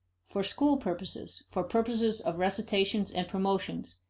for school purposes, for purposes of recitations and promotions,